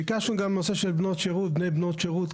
ביקשנו גם נושא של בני/בנות שירות.